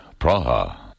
Praha